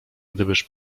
gdybyż